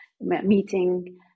meeting